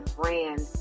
brand